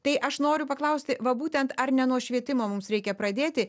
tai aš noriu paklausti va būtent ar ne nuo švietimo mums reikia pradėti